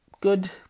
Good